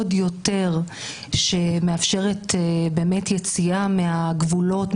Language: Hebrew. שמאפשרת יציאה מהגבולות,